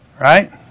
Right